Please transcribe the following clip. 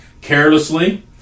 carelessly